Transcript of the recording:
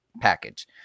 package